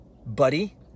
Buddy